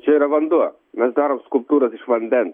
čia yra vanduo mes darom skulptūras iš vanden